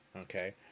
okay